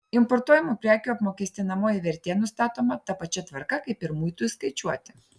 importuojamų prekių apmokestinamoji vertė nustatoma ta pačia tvarka kaip ir muitui skaičiuoti